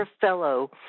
Fellow